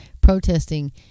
protesting